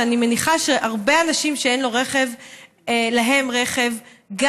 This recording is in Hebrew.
שאני מניחה שהרבה אנשים שאין להם רכב גם